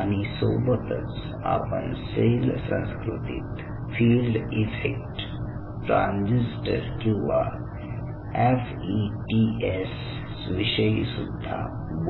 आणि सोबतच आपण सेल संस्कृतीत फील्ड इफेक्ट ट्रान्झिस्टर किंवा एफ ई टीएस विषयी सुद्धा बोलू